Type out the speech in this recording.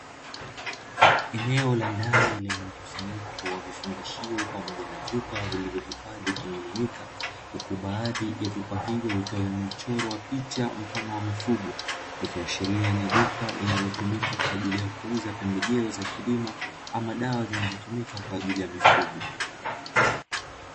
Eneo la ndani lenye mkusanyiko wa vifungashio pamoja na vyupa vilivyohifadhi kimiminika, huku baadhi ya vyupa hivyo vikiwa vimechorwa picha mfano wa mifugo. I kiashiria ni duka linalotumika kwa ajili ya kuuza pembejeo za kilimo, ama dawa zinazotumika kwa ajili ya mifugo.